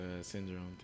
syndrome